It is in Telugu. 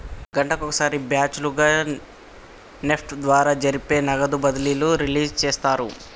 గంటకొక సారి బ్యాచ్ లుగా నెఫ్ట్ ద్వారా జరిపే నగదు బదిలీలు రిలీజ్ చేస్తారు